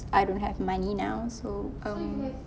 I don't have money now so um